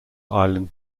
island